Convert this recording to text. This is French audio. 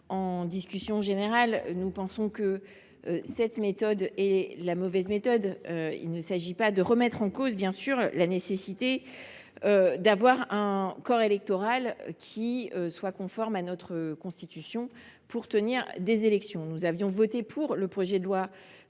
la discussion générale. En effet, nous pensons que la méthode suivie est mauvaise. Il ne s’agit pas de remettre en cause la nécessité de définir un corps électoral qui soit conforme à notre Constitution pour tenir des élections. Nous avions voté pour le projet de loi